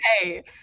okay